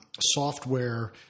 software